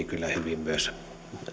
kyllä hyvin myös